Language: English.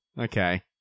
Okay